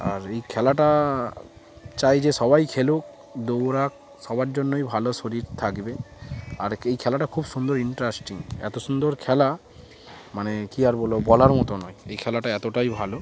আর এই খেলাটা চাই যে সবাই খেলুক দৌড়াক সবার জন্যই ভালো শরীর থাকবে আর এই খেলাটা খুব সুন্দর ইন্টারেস্টিং এতো সুন্দর খেলা মানে কী আর বলো বলার মতো নয় এই খেলাটা এতোটাই ভালো